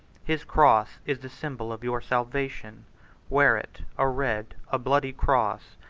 his cross is the symbol of your salvation wear it, a red, a bloody cross,